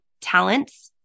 talents